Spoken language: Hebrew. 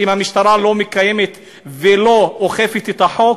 אם המשטרה לא מקיימת ולא אוכפת את החוק?